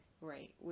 Right